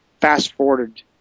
fast-forwarded